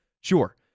Sure